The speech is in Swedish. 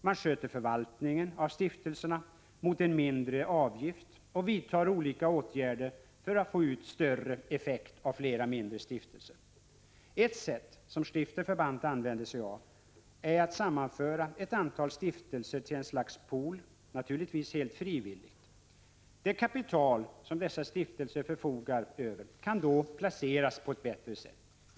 Man sköter förvaltningen av stiftelserna mot en mindre avgift och vidtar olika åtgärder för att få ut större effekt av flera mindre stiftelser. Ett sätt som Stifterverband använder sig av är att sammanföra ett antal stiftelser till ett slags pool, naturligtvis helt frivilligt. Det kapital som dessa stiftelser förfogar över kan då placeras på ett bättre sätt.